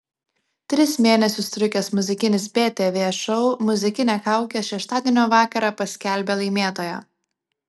tris mėnesius trukęs muzikinis btv šou muzikinė kaukė šeštadienio vakarą paskelbė laimėtoją